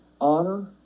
honor